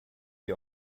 die